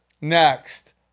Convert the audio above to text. Next